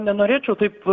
nenorėčiau taip